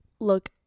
look